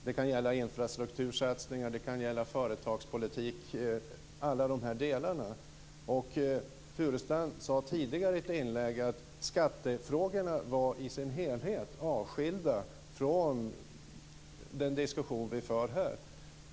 Det kan gälla infrastruktursatsningar, det kan gälla företagspolitik, osv. Furustrand sade tidigare i ett inlägg att skattefrågorna i sin helhet var avskilda från den diskussion som vi för här.